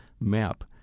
map